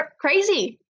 crazy